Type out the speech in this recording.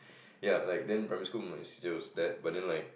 ya like then primary school my C_C_A was that but then like